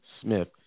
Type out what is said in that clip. Smith